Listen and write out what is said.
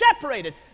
separated